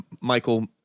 Michael